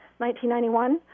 1991